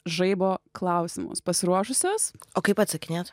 žaibo klausimus pasiruošusios o kaip atsakinėt